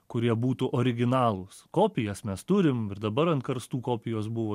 kurie būtų originalūs kopijas mes turim ir dabar ant karstų kopijos buvo